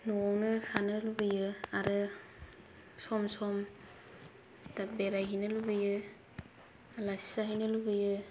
न'आवनो थानो लुबैयो आरो सम सम बेरायहैनो लुबैयो आलासि जाहैनो लुबैयो